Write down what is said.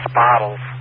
bottles